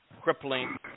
crippling